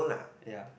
ya